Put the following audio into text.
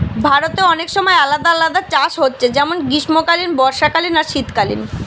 ভারতে অনেক সময় আলাদা আলাদা চাষ হচ্ছে যেমন গ্রীষ্মকালীন, বর্ষাকালীন আর শীতকালীন